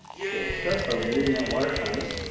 so ah start by removing that wire harness.